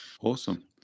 Awesome